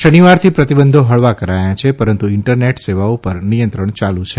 શનિવારથી પ્રતિબંધો હળવા કરાયા છે પરંતુ ઇન્ટરનેટર સેવાઓ પરનાં નિયંત્રણ યાલુ છે